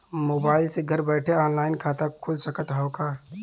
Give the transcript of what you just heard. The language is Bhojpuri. मोबाइल से घर बैठे ऑनलाइन खाता खुल सकत हव का?